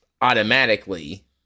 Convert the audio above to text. automatically